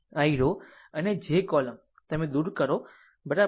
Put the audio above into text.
I row અને j column તમે દૂર કરો બરાબર